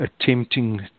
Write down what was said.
attempting